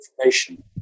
information